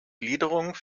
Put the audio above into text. gliederung